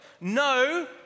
no